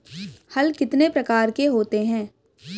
हल कितने प्रकार के होते हैं?